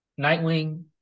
Nightwing